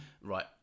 right